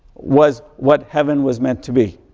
was what heaven was meant to be.